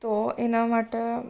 તો એના માટે